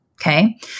Okay